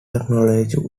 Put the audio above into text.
acknowledged